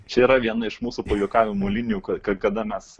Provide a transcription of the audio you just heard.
čia yra viena iš mūsų pajuokavimo linijų kad kada mes